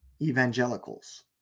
evangelicals